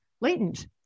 latent